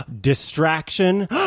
distraction